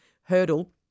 hurdle